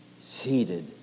seated